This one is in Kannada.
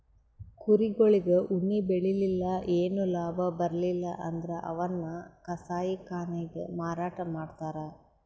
ಕುರಿಗೊಳಿಗ್ ಉಣ್ಣಿ ಬೆಳಿಲಿಲ್ಲ್ ಏನು ಲಾಭ ಬರ್ಲಿಲ್ಲ್ ಅಂದ್ರ ಅವನ್ನ್ ಕಸಾಯಿಖಾನೆಗ್ ಮಾರಾಟ್ ಮಾಡ್ತರ್